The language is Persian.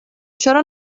چرا